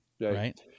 Right